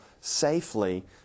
safely